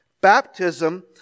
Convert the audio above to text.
baptism